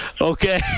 Okay